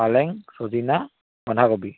পালেং চজিনা বন্ধাকবি